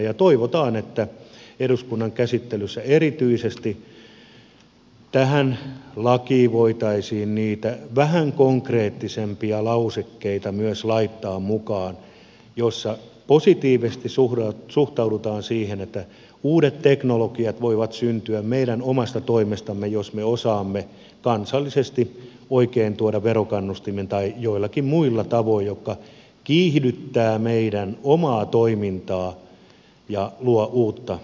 toivotaan että eduskunnan käsittelyssä erityisesti tähän lakiin voitaisiin laittaa mukaan myös niitä vähän konkreettisempia lausekkeita joissa positiivisesti suhtaudutaan siihen että uudet teknologiat voivat syntyä meidän omasta toimestamme jos me osaamme kansallisesti oikein tuoda verokannustimia tai joitakin muita tapoja jotka kiihdyttävät meidän omaa toimintaamme ja luovat uutta teollisuutta